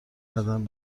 قدم